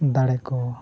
ᱫᱟᱲᱮ ᱠᱚ